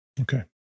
Okay